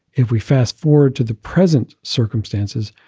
if we fast forward to the present circumstances,